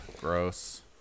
gross